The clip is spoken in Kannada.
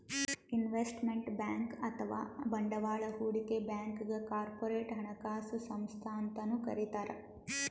ಇನ್ವೆಸ್ಟ್ಮೆಂಟ್ ಬ್ಯಾಂಕ್ ಅಥವಾ ಬಂಡವಾಳ್ ಹೂಡಿಕೆ ಬ್ಯಾಂಕ್ಗ್ ಕಾರ್ಪೊರೇಟ್ ಹಣಕಾಸು ಸಂಸ್ಥಾ ಅಂತನೂ ಕರಿತಾರ್